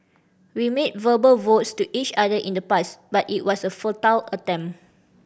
we made verbal vows to each other in the past but it was a futile attempt